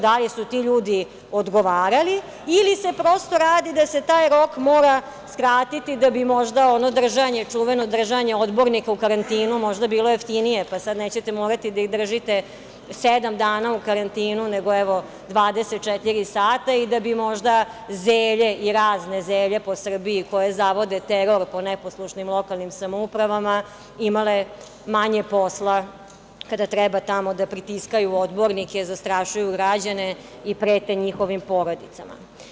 Da li su ti ljudi odgovarali ili se prosto radi da se taj rok mora skratiti da bi možda ono držanje, čuveno držanje odbornika u karantinu, možda bilo jeftinije, pa sad nećete morati da ih držite sedam dana u karantinu, nego, evo, 24 sata i da bi možda zelje i razne zelje po Srbiji koji zavode teror po neposlušnim lokalnim samoupravama imale manje posla kada treba tamo da pritiskaju odbornike, zastrašuju građane i prete njihovim porodicama.